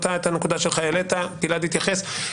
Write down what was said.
אתה את הנקודה שלך העלית גלעד התייחס,